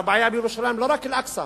אבל הבעיה בירושלים היא לא רק אל-אקצא.